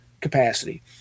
capacity